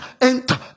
Enter